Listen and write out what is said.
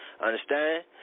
Understand